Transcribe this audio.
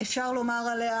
אפשר לומר עליה